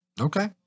Okay